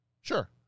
Sure